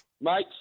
Mate